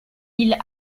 îles